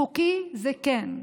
חוקי, זה כן,